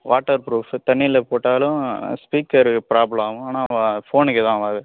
water proof தண்ணியில் போட்டாலும் speaker problem ஆகும் ஆனால் ஃபோனுக்கு எதுவும் ஆகாது